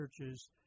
churches